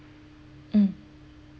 mm